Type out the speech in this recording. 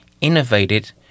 innovated